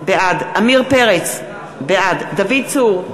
בעד עמיר פרץ, בעד דוד צור,